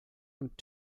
und